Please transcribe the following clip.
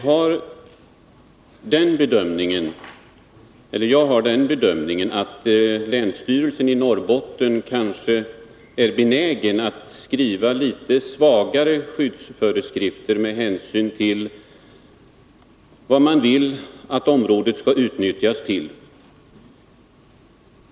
Jag gör den bedömningen att länsstyrelsen i Norrbotten kanske är benägen att skriva litet svagare skyddsföreskrifter med hänsyn till vad man vill att området skall utnyttjas för.